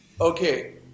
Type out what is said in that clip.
Okay